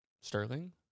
Sterling